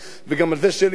וגם על זה שלי תעיד,